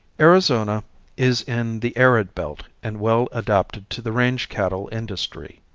arizona is in the arid belt and well adapted to the range cattle industry.